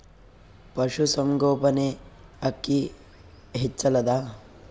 ಪಶುಸಂಗೋಪನೆ ಅಕ್ಕಿ ಹೆಚ್ಚೆಲದಾ?